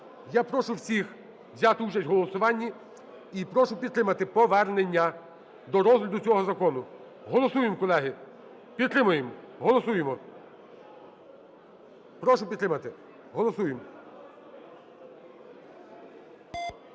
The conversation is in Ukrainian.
Я прошу всіх взяти участь в голосуванні і прошу підтримати повернення до розгляду цього закону. Голосуємо, колеги. Підтримуємо. Голосуємо. Прошу підтримати. Голосуємо.